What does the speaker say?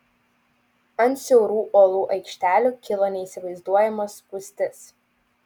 ant siaurų uolų aikštelių kilo neįsivaizduojama spūstis